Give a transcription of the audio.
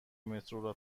مترو